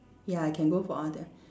ya I can go for other